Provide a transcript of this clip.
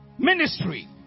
Ministry